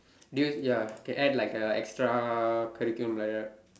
do you ya can add like a extra curriculum like that